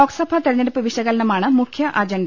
ലോക്സഭാ തെര ഞ്ഞെടുപ്പ് വിശകലന്റമാണ് മുഖ്യ അജണ്ട